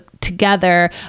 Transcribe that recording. together